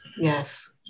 Yes